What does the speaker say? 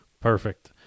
Perfect